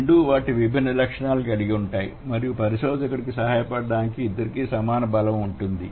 రెండూ వాటి విభిన్న లక్షణాలను కలిగి ఉంటాయి మరియు పరిశోధకుడికి సహాయపడటానికి ఇద్దరికీ సమాన బలం ఉంది